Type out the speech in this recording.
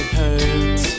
hurt